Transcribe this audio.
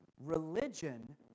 Religion